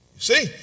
See